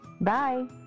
Bye